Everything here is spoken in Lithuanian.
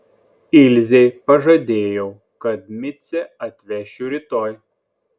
ilzei pažadėjau kad micę atvešiu rytoj